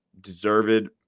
deserved –